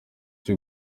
cyo